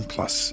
Plus